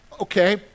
Okay